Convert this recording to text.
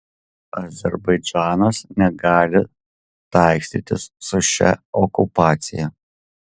azerbaidžanas negali taikstytis su šia okupacija